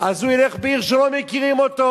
ילך לעיר שלא מכירים אותו.